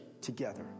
together